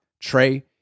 Trey